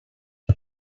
but